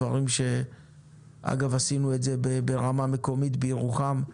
דברים שאגב עשינו ברמה מקומית בירוחם.